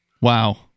Wow